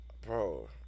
Bro